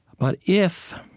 but if